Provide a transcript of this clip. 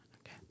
Okay